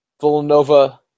Villanova